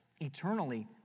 Eternally